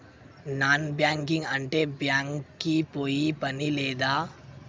Non banking అంటే bank కి పోయే పని లేదా?